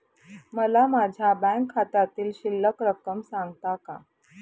मला माझ्या बँक खात्यातील शिल्लक रक्कम सांगता का?